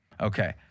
Okay